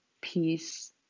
peace